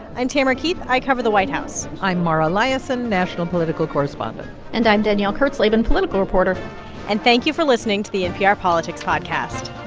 i'm tamara keith. i cover the white house i'm mara liasson, national political correspondent and i'm danielle kurtzleben, political reporter and thank you for listening to the npr politics podcast